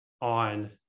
on